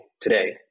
today